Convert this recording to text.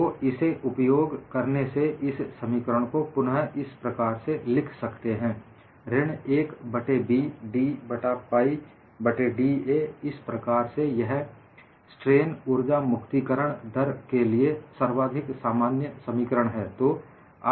तो इसे उपयोग करने से इस समीकरण को पुनः इस प्रकार से लिख सकते हैं ऋण 1 बट्टे B d बडा पाइ बट्टे d a इस प्रकार से यह स्ट्रेन ऊर्जा मुक्तिकरण दर् के लिए सर्वाधिक सामान्य समीकरण है